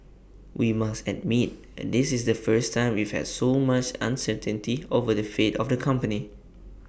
we must admit this is the first time we've had so much uncertainty over the fate of the company